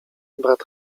brat